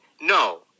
No